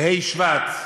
בה' שבט,